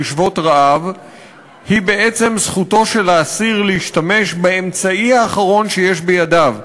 לשבות רעב היא זכותו של האסיר להשתמש באמצעי האחרון שיש בידיו,